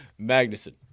Magnuson